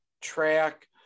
track